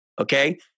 Okay